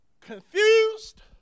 confused